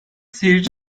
seyirci